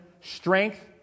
Strength